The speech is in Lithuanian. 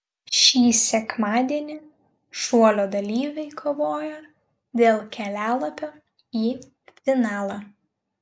šį sekmadienį šuolio dalyviai kovoja dėl kelialapio į finalą